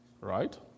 Right